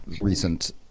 recent